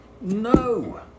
No